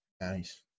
nice